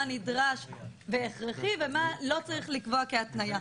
מה נדרש והכרחי ומה לא צריך לקבוע כהתניה.